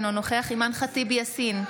אינו נוכח אימאן ח'טיב יאסין,